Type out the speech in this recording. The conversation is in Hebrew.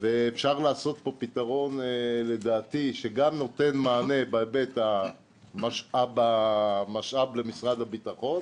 אפשר לעשות פה פתרון לדעתי שגם נותן מענה בהיבט המשאב למשרד הביטחון